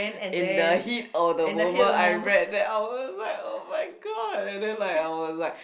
in the heat of the moment I read that I was like oh-my-god and then like I was like